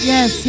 Yes